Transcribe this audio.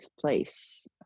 place